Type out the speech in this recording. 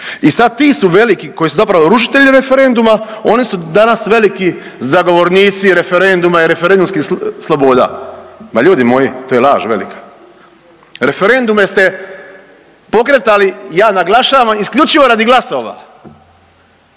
I sad ti su veliki koji su zapravo rušitelji referenduma oni su danas veliki zagovornici referenduma i referendumskih sloboda. Ma ljudi moji, to je laž velika. Referendume ste pokretali ja naglašavam isključivo radi glasova.